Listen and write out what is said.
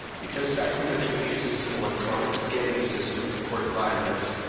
because sacramento uses an electronic scanning system for court filings,